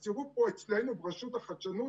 אז תראו פה אצלנו ברשות החדשנות